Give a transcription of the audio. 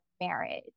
marriage